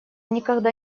никогда